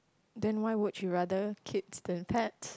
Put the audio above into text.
then why would you rather kids than pets